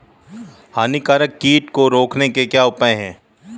हानिकारक कीट को रोकने के क्या उपाय हैं?